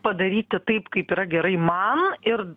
padaryti taip kaip yra gerai man ir